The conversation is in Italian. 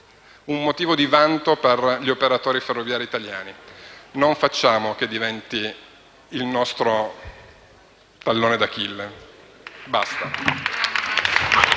un motivo di vanto per gli operatori ferroviari italiani. Non facciamo che diventi il nostro tallone di Achille.